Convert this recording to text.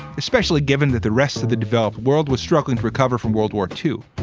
especially given that the rest of the developed world was struggling to recover from world war two.